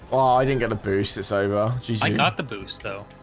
i didn't get a boost this over. she's not the boost though.